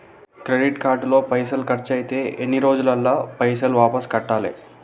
Credit card లో పైసల్ ఖర్చయితే ఎన్ని రోజులల్ల పైసల్ వాపస్ కట్టాలే?